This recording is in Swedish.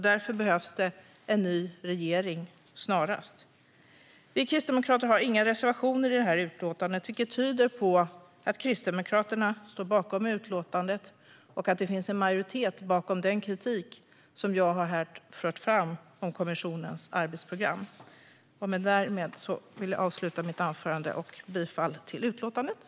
Därför behövs det en ny regering - snarast. Vi kristdemokrater har inga reservationer i utlåtandet, vilket tyder på att Kristdemokraterna står bakom det och att det finns en majoritet bakom den kritik mot kommissionens arbetsprogram som jag har fört fram. Därmed yrkar jag bifall till utskottets förslag.